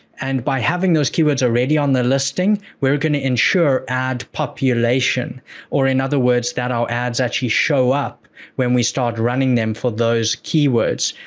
and by having those keywords already on their listing, we're going to ensure ad population or in other words, that our ads actually show up when we start running them for those keywords.